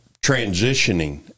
transitioning